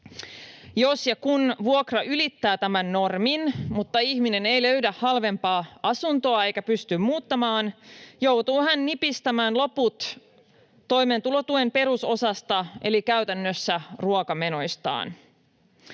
Jos ja kun vuokra ylittää tämän normin mutta ihminen ei löydä halvempaa asuntoa eikä pysty muuttamaan, joutuu hän nipistämään loput toimeentulotuen perusosasta eli käytännössä ruokamenoistaan.